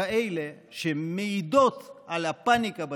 כאלה שמעידות על הפניקה בציבור,